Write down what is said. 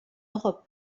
europe